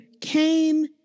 Came